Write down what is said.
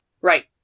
right